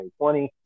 2020